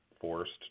forced